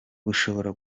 bushobora